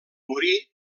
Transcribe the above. morí